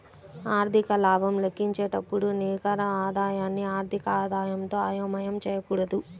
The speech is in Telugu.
ఆర్థిక లాభం లెక్కించేటప్పుడు నికర ఆదాయాన్ని ఆర్థిక ఆదాయంతో అయోమయం చేయకూడదు